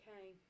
okay